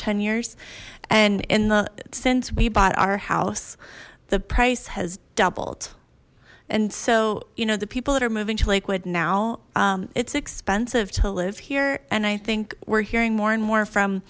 ten years and in the since we bought our house the price has doubled and so you know the people that are moving to liquid now it's expensive to live here and i think we're hearing more and more from